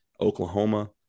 Oklahoma